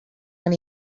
when